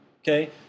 Okay